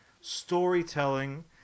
storytelling